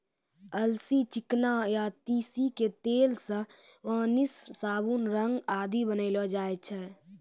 अलसी, चिकना या तीसी के तेल सॅ वार्निस, साबुन, रंग आदि बनैलो जाय छै